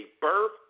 birth